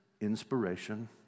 inspiration